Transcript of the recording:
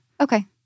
Okay